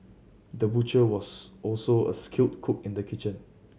the butcher was also a skilled cook in the kitchen